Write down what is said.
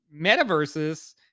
metaverses